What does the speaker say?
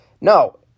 No